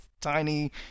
tiny